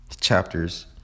chapters